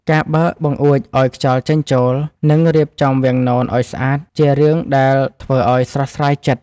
ការបើកបង្អួចឱ្យខ្យល់ចេញចូល និងរៀបចំវាំងននឱ្យស្អាត ជារឿងដែលធ្វើឲ្យស្រស់ស្រាយចិត្ត។